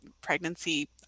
pregnancy